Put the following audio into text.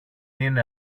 είναι